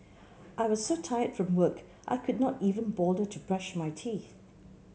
I was so tired from work I could not even bother to brush my teeth